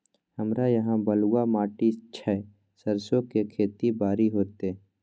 हमरा यहाँ बलूआ माटी छै सरसो के खेती बारी होते?